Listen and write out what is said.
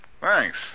Thanks